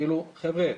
חברה,